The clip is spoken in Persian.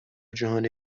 جهان